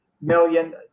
million